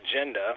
agenda